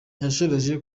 yasoreje